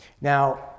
Now